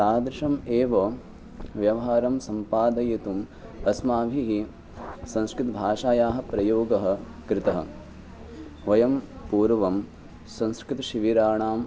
तादृशम् एव व्यवहारं सम्पादयितुम् अस्माभिः संस्कृतभाषायाः प्रयोगः कृतः वयं पूर्वं संस्कृतशिबिराणाम्